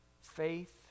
Faith